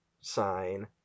sign